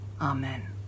Amen